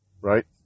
right